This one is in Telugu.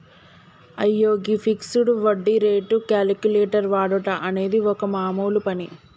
అయ్యో గీ ఫిక్సడ్ వడ్డీ రేటు క్యాలిక్యులేటర్ వాడుట అనేది ఒక మామూలు పని